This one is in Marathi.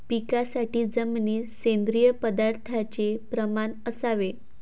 पिकासाठी जमिनीत सेंद्रिय पदार्थाचे प्रमाण असावे